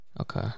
Okay